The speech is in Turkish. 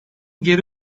geri